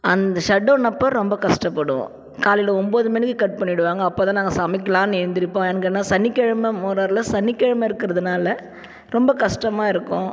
அந்த ஷட்டௌன் அப்போது ரொம்ப கஷ்டப்படுவோம் காலையில ஒம்பது மணிக்கு கட் பண்ணிடுவாங்க அப்போதான் நாங்கள் சமைக்கலாம்னு ஏந்திரிப்போம் ஏன்னு கேட்டால் சனிக்கிழம சனிக்கிழம இருக்கிறதுனால ரொம்ப கஷ்டமாக இருக்கும்